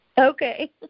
Okay